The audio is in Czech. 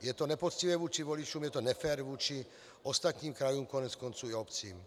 Je to nepoctivé vůči voličům, je to nefér vůči ostatním krajům, koneckonců i obcím.